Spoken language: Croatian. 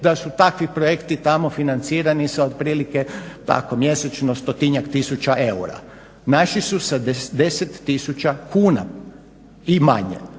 da su takvi projekti tamo financirani sa otprilike mjesečno stotinjak tisuća eura, naši su sa 10 tisuća kuna i manje